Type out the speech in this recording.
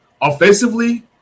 Offensively